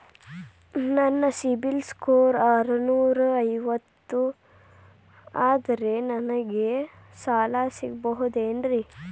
ನನ್ನ CIBIL score ಆರನೂರ ಐವತ್ತು ಅದರೇ ನನಗೆ ಸಾಲ ಸಿಗಬಹುದೇನ್ರಿ?